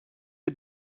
you